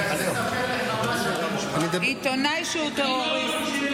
לך תספר לחמאס שאתה מוכן, עיתונאי שהוא טרוריסט.